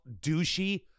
douchey